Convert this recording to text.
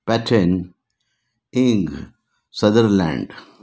पॅचेन इंग सदरलँड